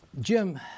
Jim